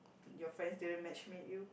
your friends didn't matchmade you